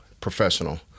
professional